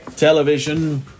Television